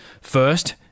First